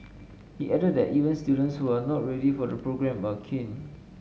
he added that even students who are not ready for the programme are keen